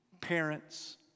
parents